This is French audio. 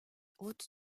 haute